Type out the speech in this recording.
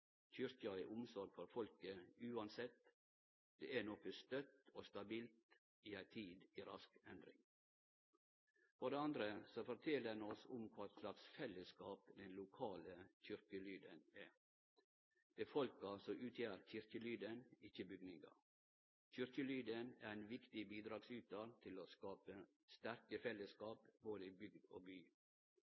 Kyrkja har omsorg for folket, uansett. Det er noko støtt og stabilt i ei tid i rask endring. For det andre fortel oppslutninga oss om kva slags fellesskap den lokale kyrkjelyden er. Det er folka som utgjer kyrkjelyden, ikkje bygningar. Kyrkjelyden er ein viktig bidragsytar til å skape sterke fellesskap både i bygd og by.